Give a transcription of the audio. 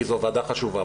כי זו ועדה חשובה.